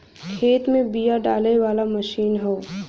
खेत में बिया डाले वाला मशीन हौ